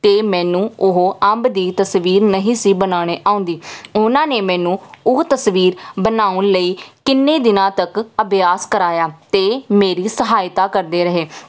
ਅਤੇ ਮੈਨੂੰ ਉਹ ਅੰਬ ਦੀ ਤਸਵੀਰ ਨਹੀਂ ਸੀ ਬਣਾਉਣੀ ਆਉਂਦੀ ਉਹਨਾਂ ਨੇ ਮੈਨੂੰ ਉਹ ਤਸਵੀਰ ਬਣਾਉਣ ਲਈ ਕਿੰਨੇ ਦਿਨਾਂ ਤੱਕ ਅਭਿਆਸ ਕਰਾਇਆ ਅਤੇ ਮੇਰੀ ਸਹਾਇਤਾ ਕਰਦੇ ਰਹੇ